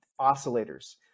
oscillators